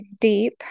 deep